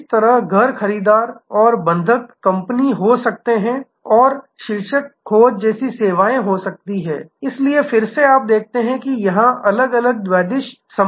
इसी तरह घर खरीदार और बंधक कंपनी हो सकती है और शीर्षक खोज जैसी सेवाएं हो सकती हैं इसलिए फिर से आप देखते हैं कि यहां अलग अलग द्विदिश संबंध हैं